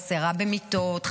חסרה במיטות,